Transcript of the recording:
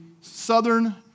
southern